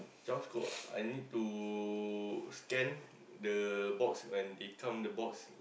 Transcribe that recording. job scope ah I need to scan the box when they come the box like